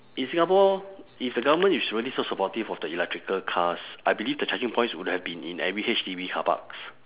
in singapore if the government is really so supportive of the electrical cars I believe the charging points would have been in every H_D_B carparks